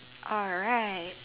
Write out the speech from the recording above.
alright